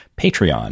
Patreon